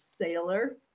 sailor